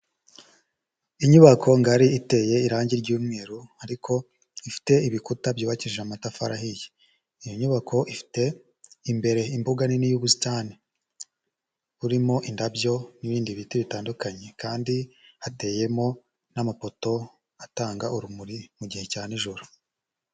Inyubako ngari iteye irangi ry'umweru ariko ifite ibikuta byubakije amatafari ahiye, iyo nyubako ifite imbere imbuga nini y'ubusitani burimo indabyo n'ibindi biti bitandukanye kandi hateyemo n'amapoto atanga urumuri mu gihe cya nijoro.